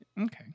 Okay